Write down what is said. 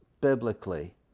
biblically